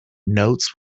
notes